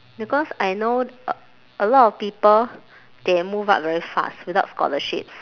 because I know a a lot of people they move up very fast without scholarships